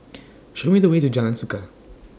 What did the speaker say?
Show Me The Way to Jalan Suka